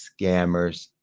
scammers